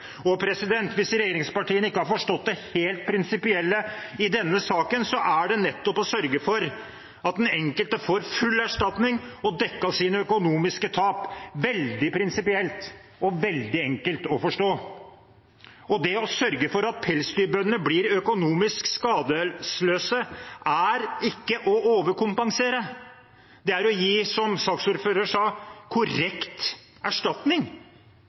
Hvis regjeringspartiene ikke har forstått det helt prinsipielle i denne saken, er det nettopp å sørge for at den enkelte får full erstatning og får dekket sine økonomiske tap. Det er veldig prinsipielt og veldig enkelt å forstå. Å sørge for at pelsdyrbøndene blir økonomisk skadesløse, er ikke å overkompensere. Det er å gi, som saksordføreren sa, korrekt erstatning.